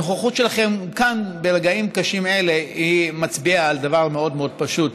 הנוכחות שלכן כאן ברגעים קשים אלה מצביעה על דבר מאוד מאוד פשוט,